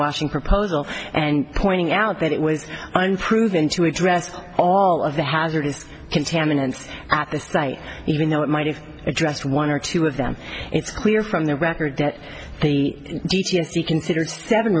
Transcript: washing proposal and pointing out that it was unproven to address all of the hazardous contaminants at the state even though it might have addressed one or two of them it's clear from the record that the d t s you consider seven